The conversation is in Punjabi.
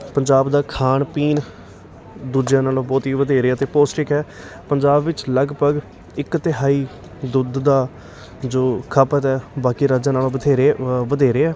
ਪੰਜਾਬ ਦਾ ਖਾਣ ਪੀਣ ਦੂਜਿਆਂ ਨਾਲੋਂ ਬਹੁਤ ਹੀ ਵਧੇਰੇ ਅਤੇ ਪੌਸ਼ਟਿਕ ਹੈ ਪੰਜਾਬ ਵਿੱਚ ਲਗਭਗ ਇੱਕ ਤਿਹਾਈ ਦੁੱਧ ਦਾ ਜੋ ਖਪਤ ਹੈ ਬਾਕੀ ਰਾਜਾਂ ਨਾਲੋਂ ਬਥੇਰੇ ਵਧੇਰੇ ਆ